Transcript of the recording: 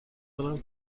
دارم